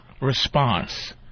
response